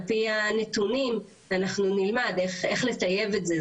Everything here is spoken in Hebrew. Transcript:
על פי הנתונים אנחנו נלמד איך לטייב את זה.